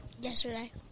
Yesterday